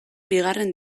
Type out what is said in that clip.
bigarren